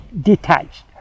detached